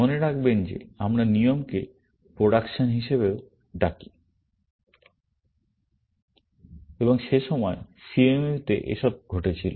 মনে রাখবেন যে আমরা নিয়মকে প্রোডাকশন হিসাবেও ডাকি এবং সে সময় CMU তে এসব ঘটছিল